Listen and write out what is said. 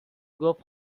گفت